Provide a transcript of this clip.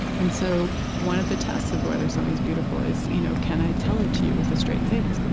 and so one of the tests of whether something is beautiful is, you know can i tell it to you with a straight face?